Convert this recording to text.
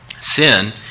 Sin